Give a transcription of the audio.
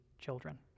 children